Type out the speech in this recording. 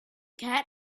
cat